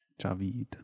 Javid